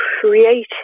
create